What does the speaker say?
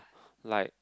like